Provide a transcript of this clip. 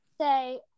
say